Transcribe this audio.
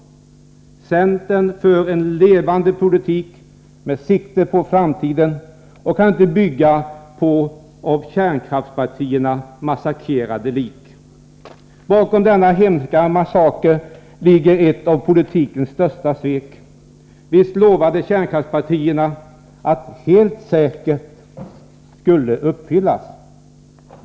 Centern för en levande politik med sikte på framtiden och kan inte bygga på av kärnkraftspartierna massakrerade lik. Bakom denna hemska massaker ligger ett av politikens största svek. Visst lovade kärnkraftspartierna att villkoret ”helt säker” skulle uppfyllas.